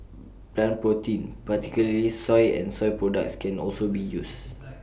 plant protein particularly soy and soy products can also be used